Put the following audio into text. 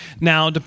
Now